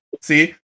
See